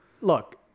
Look